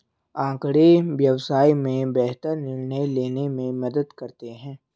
आँकड़े व्यवसाय में बेहतर निर्णय लेने में मदद करते हैं